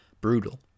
Brutal